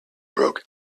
broke